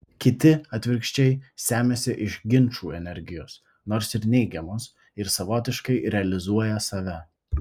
kiti atvirkščiai semiasi iš ginčų energijos nors ir neigiamos ir savotiškai realizuoja save